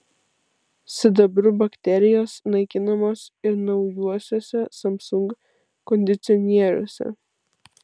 sidabru bakterijos naikinamos ir naujuosiuose samsung kondicionieriuose